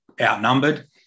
outnumbered